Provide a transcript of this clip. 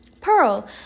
Pearl